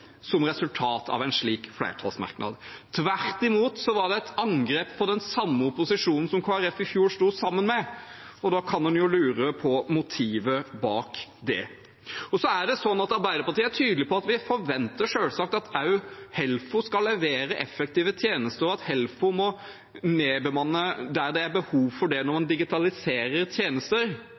som resultat av en slik flertallsmerknad. Tvert imot var det et angrep på den samme opposisjonen som Kristelig Folkeparti i fjor sto sammen med, og da kan en jo lure på motivet bak det. Arbeiderpartiet er tydelig på at vi selvsagt forventer at også Helfo skal levere effektive tjenester, og at Helfo må nedbemanne der det er behov for det når man digitaliserer tjenester.